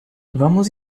vamos